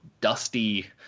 dusty